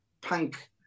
punk